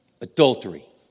adultery